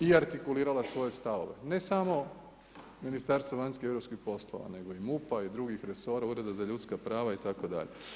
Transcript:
I artikulirala svoje stavove, ne samo Ministarstvo vanjskih i europskih poslova, nego i MUP-a i drugih resora ureda za ljudska prava itd.